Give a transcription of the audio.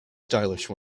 stylish